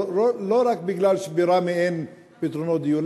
לא רק כי בראמה אין פתרונות דיור,